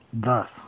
Thus